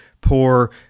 poor